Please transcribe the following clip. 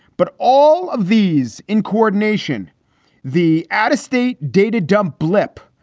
but all of these incoordination the add a state data dump blip.